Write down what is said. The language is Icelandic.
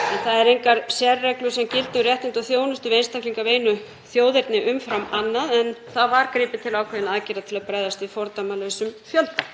Það eru engar sérreglur sem gilda um réttindi og þjónustu við einstaklinga af einu þjóðerni umfram annað en það var gripið til ákveðinna aðgerða til að bregðast við fordæmalausum fjölda.